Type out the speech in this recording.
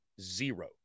zero